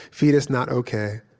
fetus not okay.